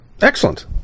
Excellent